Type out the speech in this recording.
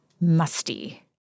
musty